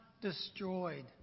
destroyed